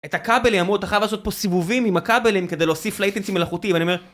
את הכבל לי אמרו, אתה חייב לעשות פה סיבובים עם הכבלים כדי להוסיף לייטנסים מלאכותיים, אני אומר...